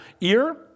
ear